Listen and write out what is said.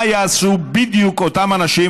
מה יעשו בדיוק אותם אנשים,